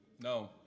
No